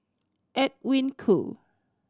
Edwin Koo